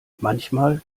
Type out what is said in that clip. manchmal